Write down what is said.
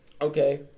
Okay